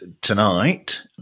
tonight